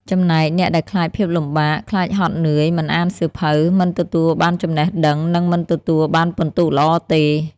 ចំណែកអ្នកដែលខ្លាចភាពលំបាក ខ្លាចហត់នើយ មិនអានសៀវភៅ មិនទទួលបានចំណេះដឹងនឹងមិនទទួលបានពិន្ទុល្អទេ។